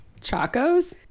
Chacos